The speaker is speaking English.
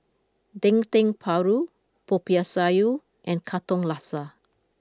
Dendeng Paru Popiah Sayur and Katong Laksa